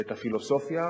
ואת הפילוסופיה,